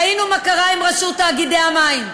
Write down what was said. ראינו מה קרה עם רשות תאגידי המים,